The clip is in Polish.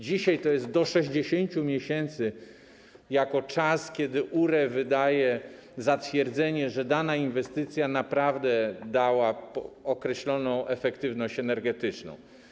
Dzisiaj to jest czas: do 60 miesięcy, kiedy URE wydaje zatwierdzenie, że dana inwestycja naprawdę dała określoną efektywność energetyczną.